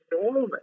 enormous